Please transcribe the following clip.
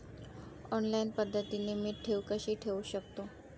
Online पद्धतीने मी ठेव कशी ठेवू शकतो?